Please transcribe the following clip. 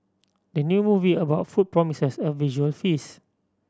the new movie about food promises a visual feast